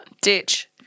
ditch